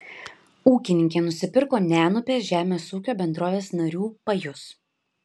ūkininkė nusipirko nenupės žemės ūkio bendrovės narių pajus